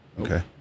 Okay